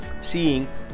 seeing